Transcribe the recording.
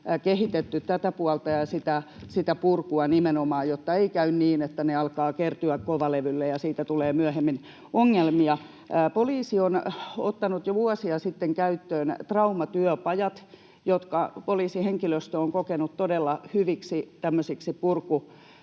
kehitetty tätä puolta ja nimenomaan sitä purkua, jotta ei käy niin, että asiat alkavat kertyä kovalevylle ja siitä tulee myöhemmin ongelmia. Poliisi on ottanut jo vuosia sitten käyttöön traumatyöpajat, jotka poliisihenkilöstö on kokenut todella hyviksi purkujärjestelmiksi.